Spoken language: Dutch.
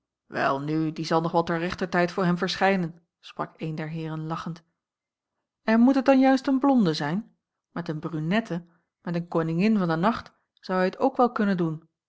welnu die zal nog wel ter rechter tijd voor hem verschijnen sprak een der heeren lachend en moet het dan juist eene blonde zijn met eene brunette met eene koningin van den nacht zou hij het ook wel kunnen doen